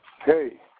Hey